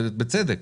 בצדק,